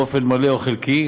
באופן מלא או חלקי,